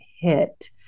hit